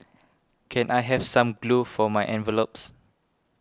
can I have some glue for my envelopes